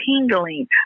tingling